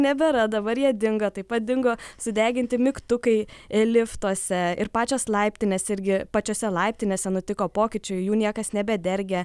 nebėra dabar jie dingo taip pat dingo sudeginti mygtukai liftuose ir pačios laiptinės irgi pačiose laiptinėse nutiko pokyčių jų niekas nebedergia